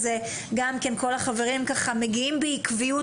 אז גם כן כל החברים מגיעים בעקביות,